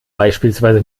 beispielsweise